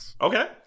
Okay